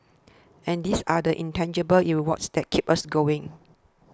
and these are the intangible rewards that keep us going